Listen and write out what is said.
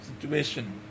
situation